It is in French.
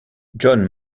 john